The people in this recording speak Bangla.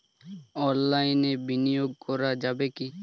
অনলাইনে বিনিয়োগ করা যাবে কি?